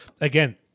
again